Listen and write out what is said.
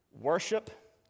worship